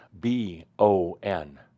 B-O-N